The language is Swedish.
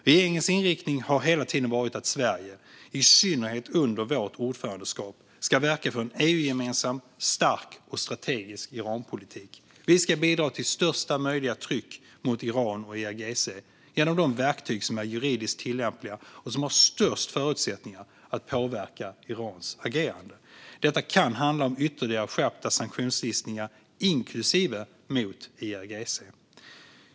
Regeringens inriktning har hela tiden varit att Sverige, i synnerhet under vårt ordförandeskap, ska verka för en EU-gemensam, stark och strategisk Iranpolitik. Vi ska bidra till största möjliga tryck mot Iran och IRGC, genom de verktyg som är juridiskt tillämpliga och som har störst förutsättningar att påverka Irans agerande. Detta kan handla om ytterligare skärpta sanktionslistningar, inklusive mot IRGC.